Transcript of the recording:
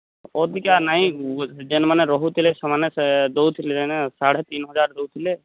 ଅବିକା ନାଇ ଯେଉଁମାନେ ରହୁଥିଲେ ସେମାନେ ଦେଉଥିଲେ ଏକା ସାଢ଼େ ତିନି ହଜାର ଦେଉଥିଲେ